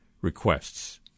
requests